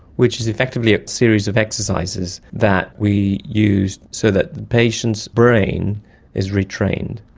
which is effectively a series of exercises that we use so that the patient's brain is re-trained.